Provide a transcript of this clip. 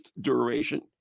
duration